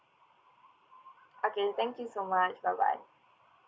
okay thank you so much bye bye